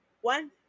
one